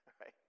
right